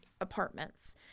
apartments